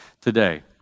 today